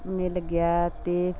ਮਿਲ ਗਿਆ ਅਤੇ